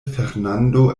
fernando